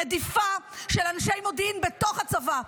רדיפה של אנשי מודיעין בתוך הצבא.